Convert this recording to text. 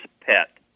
pet